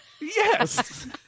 Yes